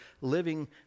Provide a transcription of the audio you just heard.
living